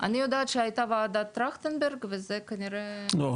יודעת שהייתה וועדת טרכטנברג וזה כנראה- לא,